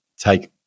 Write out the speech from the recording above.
take